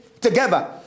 together